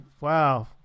wow